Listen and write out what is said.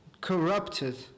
corrupted